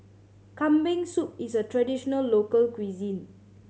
Kambing Soup is a traditional local cuisine